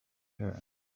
her